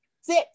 sit